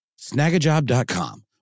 snagajob.com